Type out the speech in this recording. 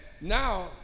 now